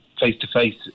face-to-face